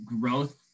growth